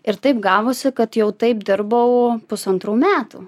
ir taip gavosi kad jau taip dirbau pusantrų metų